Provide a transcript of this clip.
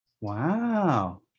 wow